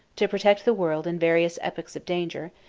to protect the world in various epochs of danger,